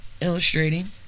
illustrating